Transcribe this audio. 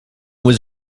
was